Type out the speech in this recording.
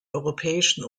europäischen